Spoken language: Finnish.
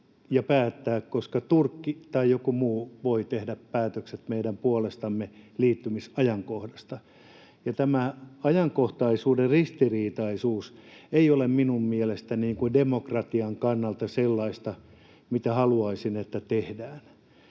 ja päättää, koska Turkki tai joku muu voi tehdä päätökset meidän puolestamme liittymisajankohdasta. Tämä ajankohdan ristiriitaisuus ei ole minun mielestäni demokratian kannalta sellaista, mitä haluaisin, että tehdään.